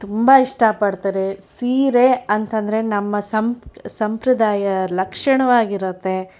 ತುಂಬ ಇಷ್ಟಪಡ್ತಾರೆ ಸೀರೆ ಅಂತೆಂದರೆ ನಮ್ಮ ಸಂಪ್ರದಾಯ ಲಕ್ಷಣವಾಗಿರುತ್ತೆ